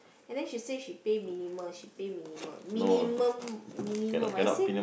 and then she say she pay minimal she pay minimal minimum minimum minimum I say